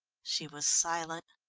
she was silent.